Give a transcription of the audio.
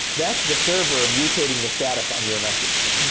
that's the server mutating the status on your message.